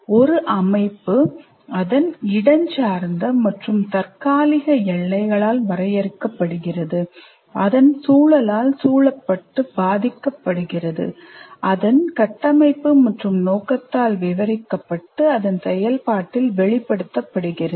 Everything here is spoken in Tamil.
ஒரு அமைப்பு அதன் இடஞ்சார்ந்த மற்றும் தற்காலிக எல்லைகளால் வரையறுக்கப்படுகிறது அதன் சூழலும் தாக்கத்தை ஏற்படுத்துகிறது அதன் கட்டமைப்பு மற்றும் நோக்கத்தால் விவரிக்கப்பட்டு அதன் செயல்பாட்டில் வெளிப்படுத்தப்படுகிறது